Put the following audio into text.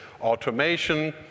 automation